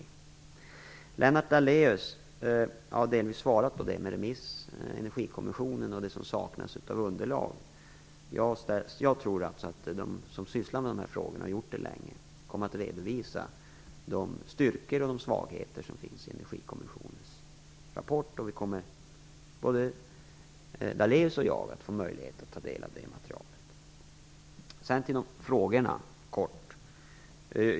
Jag har delvis svarat på Lennart Daléus frågor om remisser, Energikommissionen och det som saknas i underlaget. Jag tror att de som länge har sysslat med dessa frågor kommer att redovisa den styrka och de svagheter som finns i Energikommissionens rapport. Både Lennart Daléus och jag kommer att få möjlighet att ta del av det materialet. Sedan kort över till frågorna.